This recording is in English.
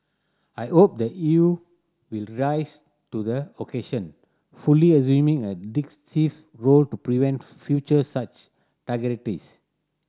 I hope the E U will rise to the occasion fully assuming a role to prevent future such